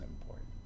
important